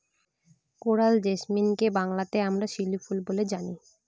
coral জেসমিনকে বাংলাতে আমরা শিউলি ফুল বলে জানি